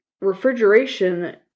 refrigeration